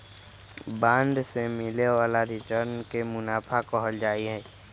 bond से मिले वाला रिटर्न के मुनाफा कहल जाहई